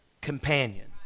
companion